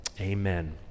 Amen